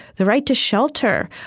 the right to shelter,